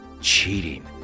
cheating